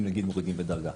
אם נגיד מורידים בדרגה.